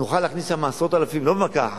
נוכל להכניס לשם עשרות אלפים, לא במכה אחת,